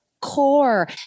core